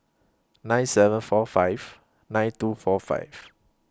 nine seven four five nine two four five